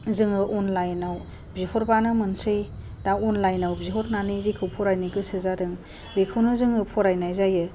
जोङो अनलाइनाव बिहरबानो मोनसै दा अनलाइनाव बिहरनानै जेखौ फरायनो गोसो जादों बेखौनो जोङो फरायनाय जायो